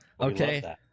Okay